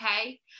okay